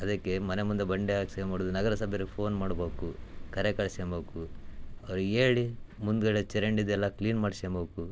ಅದಕ್ಕೆ ಮನೆ ಮುಂದೆ ಬಂಡೆ ಹಕ್ಸ್ಕಂಬಾರ್ದು ನಗರಸಭೆಯವ್ರಿಗೆ ಫೋನ್ ಮಾಡ್ಬೇಕು ಕರೆ ಕಳ್ಸ್ಕ್ಯಂಬೇಕು ಅವ್ರಿಗೆ ಹೇಳಿ ಮುಂದುಗಡೆ ಚರಂಡಿದೆಲ್ಲ ಕ್ಲೀನ್ ಮಾಡ್ಸ್ಕ್ಯೆಂಬೇಕು